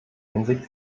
hinsicht